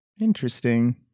Interesting